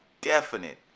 definite